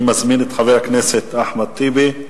אני מזמין את חבר הכנסת אחמד טיבי.